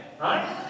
right